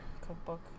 cookbook